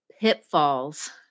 pitfalls